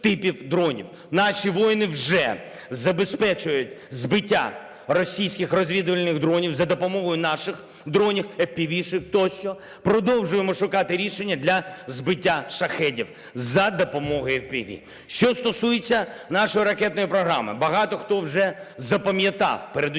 Наші воїни вже забезпечують збиття російських розвідувальних дронів за допомогою наших дронів, FPV, тощо, продовжуємо шукати рішення для збиття "шахедів" за допомогою FPV. Що стосується нашої ракетної програми, багато хто вже запам'ятав, передусім